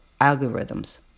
algorithms